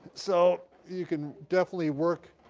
so, you can definitely work.